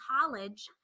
college